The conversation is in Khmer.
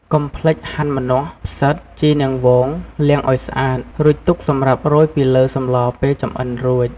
កុំភ្លេចហាន់ ម្នាស់ ផ្សិត ជីនាងវង លាងឱ្យស្អាត រួចទុកសម្រាប់រោយពីលើសម្លពេលចម្អិនរួច។